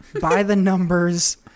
by-the-numbers